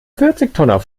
vierzigtonner